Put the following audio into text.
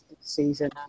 season